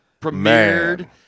premiered